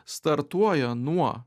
startuoja nuo